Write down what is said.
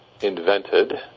invented